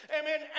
Amen